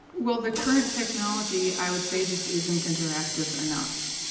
well, the current technology i would say just isn't interactive enough.